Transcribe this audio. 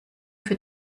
für